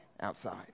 outside